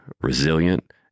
resilient